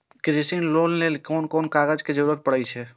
कृषि ऋण के लेल कोन कोन कागज के जरुरत परे छै?